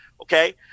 okay